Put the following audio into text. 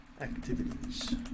activities